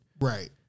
Right